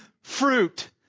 fruit